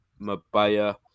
Mabaya